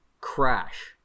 crash